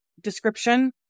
description